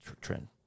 trend